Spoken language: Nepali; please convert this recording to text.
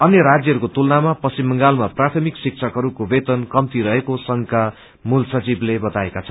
अन्य राज्यहस्ले तुलनामा पश्चिम बंगालमा प्राथमिक शिक्षकहरूको वेतन कम्ती रहेको संघका मूल संघिवले बताएका छन्